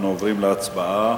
אנחנו עוברים להצבעה.